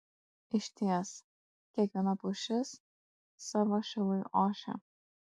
išties kiekviena pušis savo šilui ošia